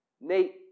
Nate